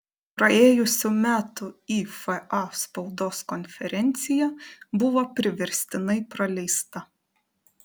praėjusių metų ifa spaudos konferencija buvo priverstinai praleista